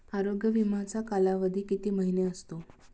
आरोग्य विमाचा कालावधी किती महिने असतो?